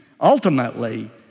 ultimately